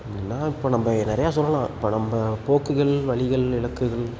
அப்படின்னா இப்போ நம்ப நிறையா சொல்லலாம் இப்போ நம்ப போக்குகள் வலிகள் இலக்குகள்